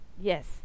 yes